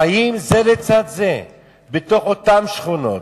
חיים זה לצד זה בתוך אותן שכונות,